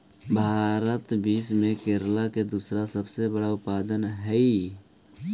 भारत विश्व में केला के दूसरा सबसे बड़ा उत्पादक हई